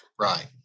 Right